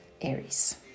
Aries